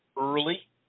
early